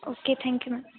okay thank you ma'am